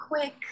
quick